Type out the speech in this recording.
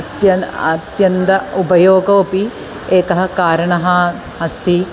अत्यन्तम् अत्यन्तम् उपयोगोऽपि एकं कारणम् अस्ति